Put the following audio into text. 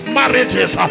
marriages